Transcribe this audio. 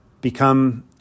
become